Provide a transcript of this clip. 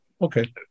Okay